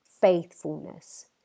faithfulness